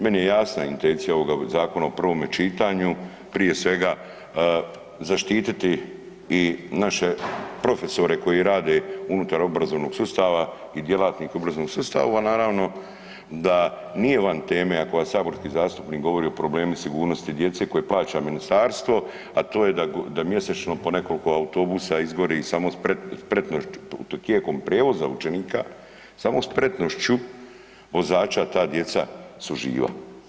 Meni je jasna intencija ovoga zakona u prvome čitanju prije svega zaštititi i naše profesore koji rade unutar obrazovnog sustava i djelatnika u obrazovnom sustavu, a naravno da nije van teme ako vam saborski zastupnik govori o problemu sigurnosti djece koje plaća ministarstvo, a to je da mjesečno po nekoliko autobusa izgori i samo tijekom prijevoza učenika samo spretnošću vozača ta djeca su živa.